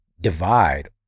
divide